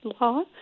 law